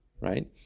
Right